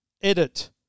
Edit